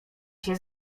się